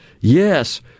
yes